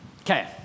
okay